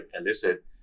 elicit